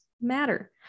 Matter